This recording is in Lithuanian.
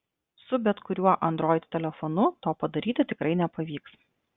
su bet kuriuo android telefonu to padaryti tikrai nepavyks